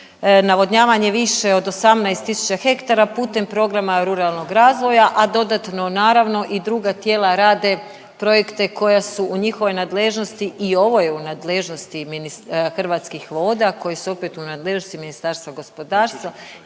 navodnjavanje više od 18 tisuća hektara putem programa ruralnog razvoja, a dodatno naravno i druga tijela rade projekte koja su u njihovoj nadležnosti. I ovo je u nadležnosti Hrvatskih voda koji su opet u nadležnosti Ministarstva gospodarstva